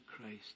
Christ